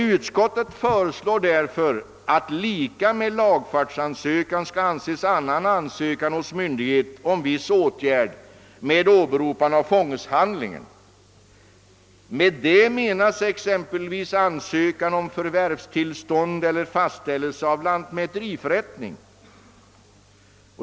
Utskottet föreslår därför att lika med lagfartsansökan skall anses annan ansökan hos myndighet om viss åtgärd med åberopande av fångeshandlingen. Med det menas exempelvis ansökan om förvärvstillstånd eller fastställelse av lantmäteriförrättning.